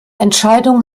entscheidung